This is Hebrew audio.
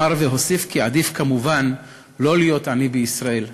אמר, והוסיף כי עדיף כמובן לא להיות עני בישראל.